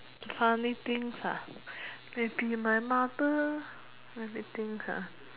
funny things ah maybe my mother let me think ah